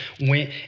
went